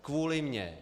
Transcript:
Kvůli mně.